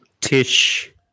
Tish